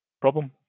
problem